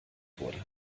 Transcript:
wurde